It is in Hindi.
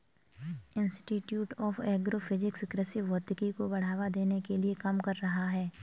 इंस्टिट्यूट ऑफ एग्रो फिजिक्स कृषि भौतिकी को बढ़ावा देने के लिए काम कर रहा है